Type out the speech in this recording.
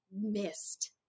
missed